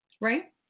right